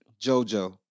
Jojo